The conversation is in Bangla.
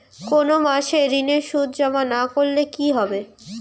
কোনো মাসে ঋণের সুদ জমা না করলে কি হবে?